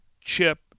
chip